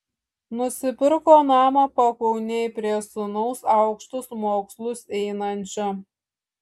nusipirko namą pakaunėj prie sūnaus aukštus mokslus einančio